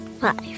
Five